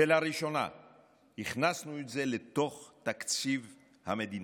ולראשונה הכנסנו את זה לתוך תקציב המדינה,